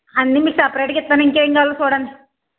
అన్నీ మీకు సపరేట్గా ఇస్తాను ఇంకా ఏం కావాలో చూడండి